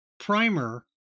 Primer